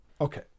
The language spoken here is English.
Okay